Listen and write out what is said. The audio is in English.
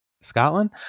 scotland